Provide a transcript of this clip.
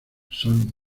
son